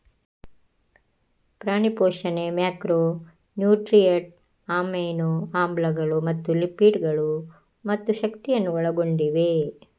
ಪ್ರಾಣಿ ಪೋಷಣೆ macro nutrient, amino ಆಮ್ಲಗಳು ಮತ್ತು ಲಿಪಿಡ್ ಗಳು ಮತ್ತು ಶಕ್ತಿಯನ್ನು ಒಳಗೊಂಡಿವೆ